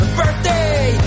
birthday